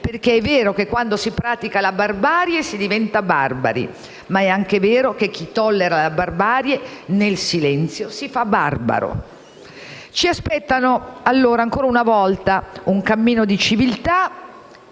perché è vero che quando si pratica la barbarie si diventa barbari, ma è anche vero che chi tollera la barbarie nel silenzio si fa barbaro. Ci aspettano allora, ancora una volta un cammino di civiltà